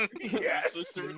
yes